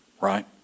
Right